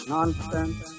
Nonsense